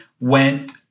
went